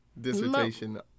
dissertation